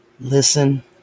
Listen